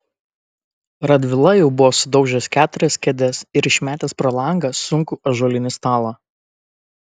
radvila jau buvo sudaužęs keturias kėdes ir išmetęs pro langą sunkų ąžuolinį stalą